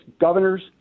governors